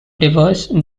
diverse